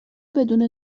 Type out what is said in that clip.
بدون